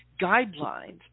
guidelines